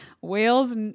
whales